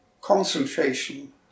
concentration